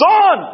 Son